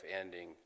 ending